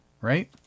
right